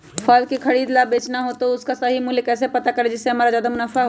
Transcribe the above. फल का खरीद का बेचना हो तो उसका सही मूल्य कैसे पता करें जिससे हमारा ज्याद मुनाफा हो?